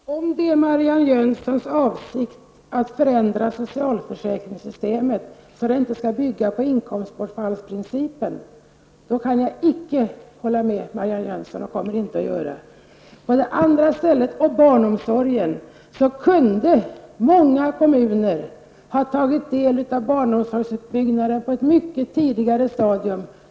Herr talman! Om det är Marianne Jönssons avsikt att förändra socialförsäkringssystemet så att det inte skall bygga på inkomstbortfallsprincipen kan jag inte bli överens med henne. När det gäller barnomsorgen kunde många kommuner ha tagit del i barnomsorgsutbyggnaden på ett mycket tidigare stadium.